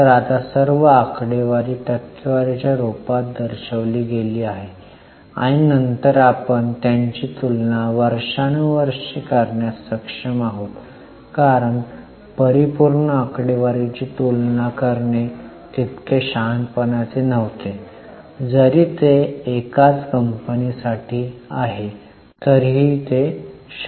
तर आता सर्व आकडेवारी टक्केवारीच्या रुपात दर्शविली गेली आहे आणि नंतर आपण त्यांची तुलना वर्षानुवर्षे करण्यास सक्षम आहोत कारण परिपूर्ण आकडेवारीची तुलना करणे तितके शहाणपणाचे नव्हते जरी ते एकाच कंपनी साठी आहे तरीही ते शक्य आहे